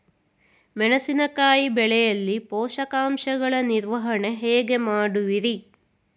ಮೆಣಸಿನಕಾಯಿ ಬೆಳೆಯಲ್ಲಿ ಪೋಷಕಾಂಶಗಳ ನಿರ್ವಹಣೆ ಹೇಗೆ ಮಾಡುವಿರಿ?